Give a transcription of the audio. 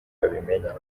babimenya